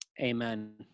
amen